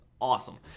awesome